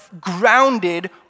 grounded